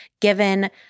given